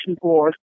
Board